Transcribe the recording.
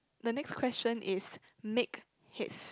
the next question is make